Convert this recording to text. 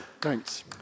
Thanks